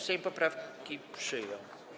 Sejm poprawki przyjął.